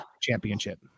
championship